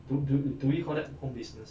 do do do we call that home business